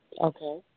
Okay